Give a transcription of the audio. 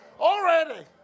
already